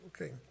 Okay